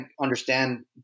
understand